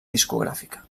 discogràfica